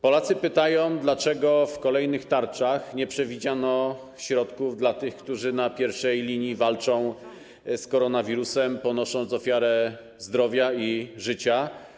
Polacy pytają, dlaczego w kolejnych tarczach nie przewidziano środków dla tych, którzy na pierwszej linii walczą z koronawirusem, ponosząc ofiarę zdrowia i życia.